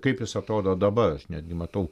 kaip jis atrodo dabar aš netgi matau